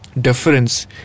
Difference